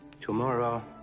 Tomorrow